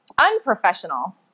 unprofessional